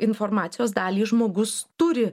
informacijos dalį žmogus turi